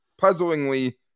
puzzlingly